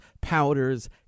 powders